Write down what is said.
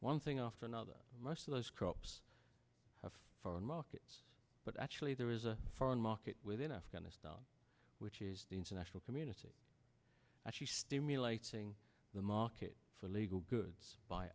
one thing after another most of those crops have foreign markets but actually there is a foreign market within afghanistan which is the international community actually stimulating the market for illegal goods by